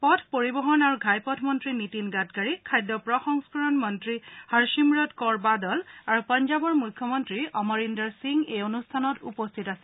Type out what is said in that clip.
পথ পৰিবহন আৰু ঘাইপথ মন্ত্ৰী নীতিন গাডকাৰী খাদ্য প্ৰসংস্থৰণ মন্ত্ৰী হৰচিমৰত কৌৰ বাদল আৰু পঞ্জাৱৰ মুখ্যমন্ত্ৰী অমৰিন্দৰ সিং এই অনুষ্ঠানত উপস্থিত আছিল